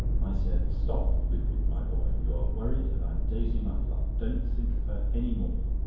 i said stop, lupin, my boy you are worried about daisy mutlar. don't think of her any more.